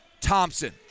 Thompson